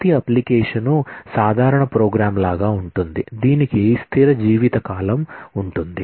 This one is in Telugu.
ప్రతి అప్లికేషన్ సాధారణ ప్రోగ్రామ్ లాగా ఉంటుంది దీనికి స్థిర జీవితకాలం ఉంటుంది